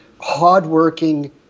hardworking